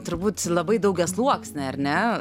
turbūt labai daugiasluoksnė ar ne